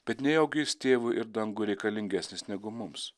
bet nejaugi jis tėvui ir dangui reikalingesnis negu mums